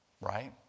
Right